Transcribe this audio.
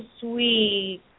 sweet